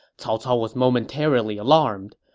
cao cao was momentarily alarmed,